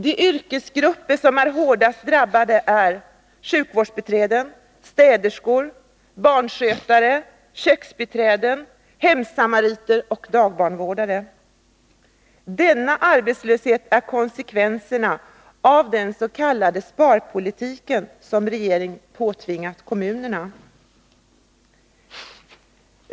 De yrkesgrupper som är hårdast drabbade är sjukvårdsbiträden, städerskor, barnskötare, köksbiträden, hemsamariter och dagbarnvårdare. Denna arbetslöshet är konsekvensen av den s.k. sparpolitik som regeringen påtvingat kommunerna.